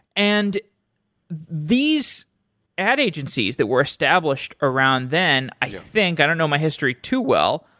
and these ad agencies that were established around then, i think i don't know my history too well.